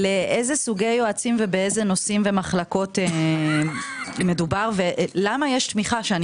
לאיזה סוגי יועצים ובאיזה נושאים ומחלקות מדובר ולמה יש תמיכה שאני